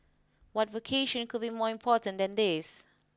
what vocation could be more important than this